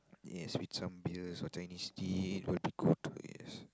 yes with some beers or Chinese tea will be good yes